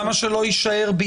למה שלא יישאר?